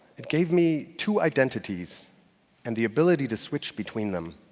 it gave me two identities and the ability to switch between them.